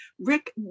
Rick